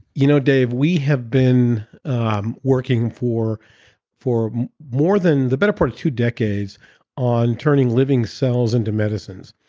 you know dave, we have been um working for for more than the better part of two decades on turning living cells into medicines.